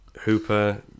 Hooper